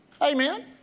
Amen